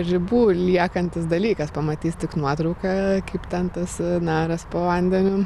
ribų liekantis dalykas pamatys tik nuotrauką kaip ten tas naras po vandeniu